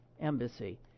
embassy